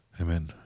Amen